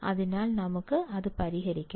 അതിനാൽ നമുക്ക് അത് പരിഹരിക്കാം